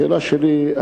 השאלה שלי,